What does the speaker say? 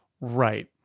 Right